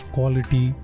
Quality